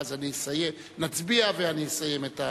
ואז נצביע ואני אסיים את,